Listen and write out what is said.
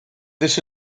this